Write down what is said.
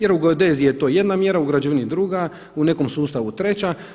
Jer u geodeziji je to jedna mjera, u građevini druga, u nekom sustavu treća.